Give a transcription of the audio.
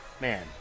man